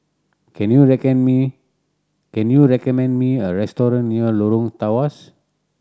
can you can you recommend me a restaurant near Lorong Tawas